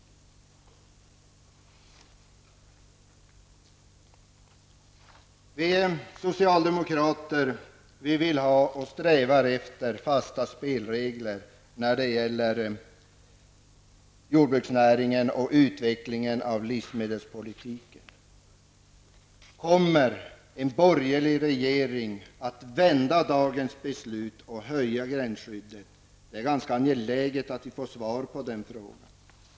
Vi socialdemokrater vill ha och strävar efter fasta spelregler när det gäller jordbruksnäringen och utvecklingen av livsmedelspolitiken. Kommer en borgerlig regering att vända dagens beslut och höja gränsskyddet? Det är ganska angeläget att få ett svar på den frågan.